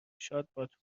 شادباد